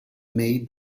made